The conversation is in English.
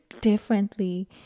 differently